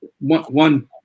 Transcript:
One